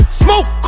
smoke